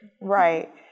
right